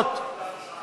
אחלה הצעה.